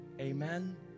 Amen